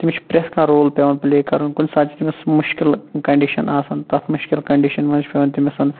تٔمس چھُ پرٛٮ۪تھ کیٚنٛہہ رول پیٚوان پٕلے کرُن کُنہِ ساتہٕ چھُ تٔمس مُشکِل کَنڑِشن آسان تتھ مُشکِل کَنڑِشن منٛز چھُ پیٚوان تٔمِس